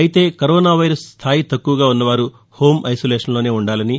అయితే corona virus స్దాయి తక్కువగా ఉన్నవారు హోం ఐసోలేషన్లోనే ఉండాలని